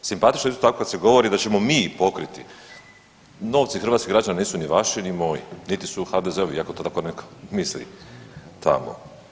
Simpatično je isto tako kad se govori da ćemo mi pokriti novci hrvatskih građana nisu ni vaši, ni moji, niti su HDZ-ovi iako to tako misli tamo.